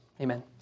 Amen